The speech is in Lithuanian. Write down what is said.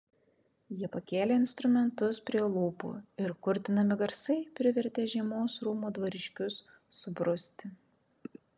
jie pakėlė instrumentus prie lūpų ir kurtinami garsai privertė žiemos rūmų dvariškius subruzti